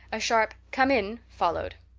a sharp come in followed.